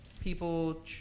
people